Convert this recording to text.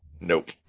Nope